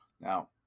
Now